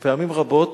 ופעמים רבות